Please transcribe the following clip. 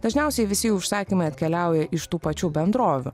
dažniausiai visi užsakymai atkeliauja iš tų pačių bendrovių